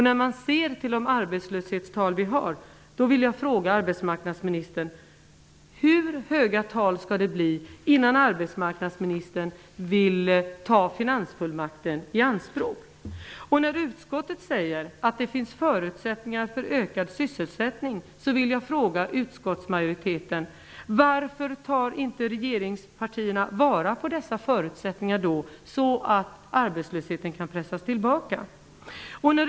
När jag ser till de arbetslöshetstal vi har vill jag fråga hur höga talen skall bli innan arbetsmarknadsministern vill ta finansfullmakten i anspråk. Utskottet säger att det finns förutsättningar för ökad sysselsättning. Jag vill fråga utskottsmajoriteten varför regeringspartierna då inte tar vara på dessa förutsättningar så att arbetslösheten kan pressas tillbaka?